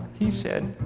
he said,